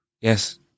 yes